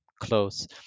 close